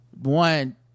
one